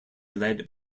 led